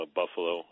buffalo